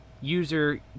user